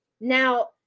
Now